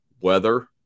Weather